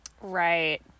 Right